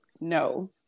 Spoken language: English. no